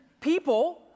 people